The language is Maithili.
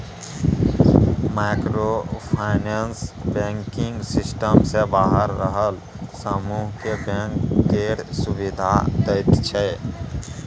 माइक्रो फाइनेंस बैंकिंग सिस्टम सँ बाहर रहल समुह केँ बैंक केर सुविधा दैत छै